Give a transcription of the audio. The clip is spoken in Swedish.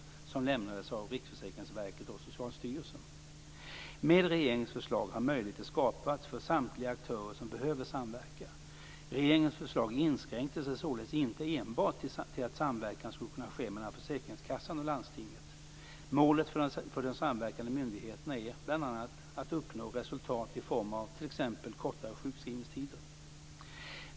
Med regeringens förslag har möjligheter skapats för samtliga aktörer som behöver samverka. Regeringens förslag inskränkte sig således inte enbart till att samverkan ska kunna ske mellan försäkringskassan och landstinget. Målet för de samverkande myndigheterna är bl.a. att uppnå resultat i form av t.ex.